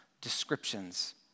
descriptions